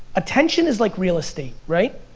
attention is like real estate, right.